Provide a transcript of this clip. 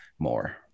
More